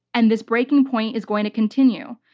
and this breaking point is going to continue.